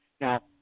Now